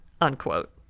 unquote